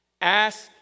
Ask